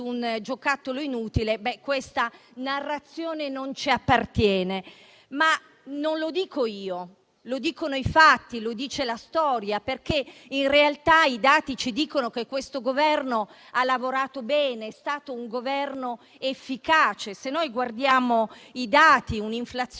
un giocattolo inutile. Questa è una narrazione che non ci appartiene, ma non lo dico io, lo dicono i fatti, lo dice la storia. In realtà i dati ci dicono che questo Governo ha lavorato bene ed è stato un Governo efficace. I dati ci restituiscono un'inflazione